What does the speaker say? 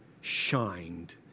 shined